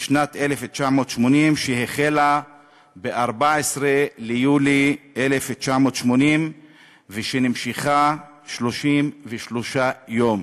בשנת 1980, שהחלה ב-14 ביולי 1980 ושנמשכה 33 יום.